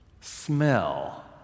Smell